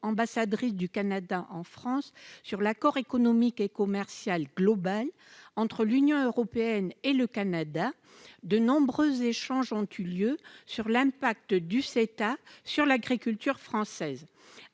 ambassadrice du Canada en France, sur l'Accord économique et commercial global entre l'Union européenne et le Canada, de nombreux échanges ont eu lieu sur l'impact du CETA sur l'agriculture française.